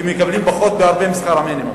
כי בהם מקבלים הרבה פחות משכר המינימום.